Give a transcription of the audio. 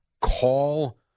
Call